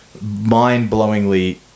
mind-blowingly